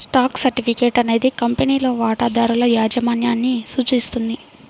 stock certificate అనేది కంపెనీలో వాటాదారుల యాజమాన్యాన్ని సూచిస్తుంది